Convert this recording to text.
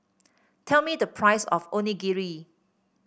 tell me the price of Onigiri